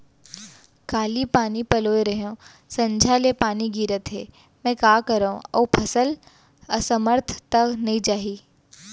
काली पानी पलोय रहेंव, संझा ले पानी गिरत हे, मैं का करंव अऊ फसल असमर्थ त नई जाही?